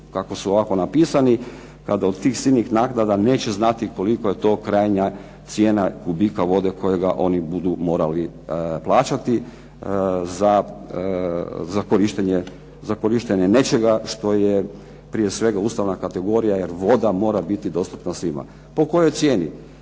kako su ovako napisani, kada od tih silnih naknada neće znati kolika je to krajnja cijena kubika vode kojega oni budu morali plaćati za korištenje nečega što je prije svega ustavna kategorija, jer voda mora biti dostupna svima. Po kojoj cijeni?